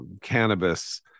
cannabis